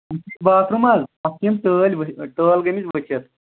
باتھ room حظ اَتھ یِم ٹٲلۍ ٹٲل گٔمٕتۍ ؤتھِتھ